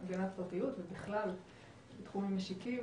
הגנת הפרטיות ובכלל בתחומים משיקים.